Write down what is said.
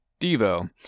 Devo